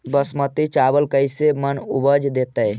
बासमती चावल कैसे मन उपज देतै?